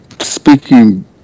speaking